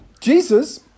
Jesus